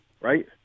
right